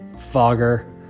fogger